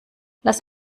lass